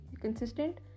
consistent